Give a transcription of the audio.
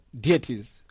deities